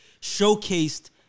showcased